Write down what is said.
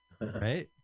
Right